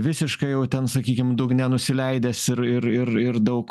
visiškai jau ten sakykim dugne nusileidęs ir ir ir ir daug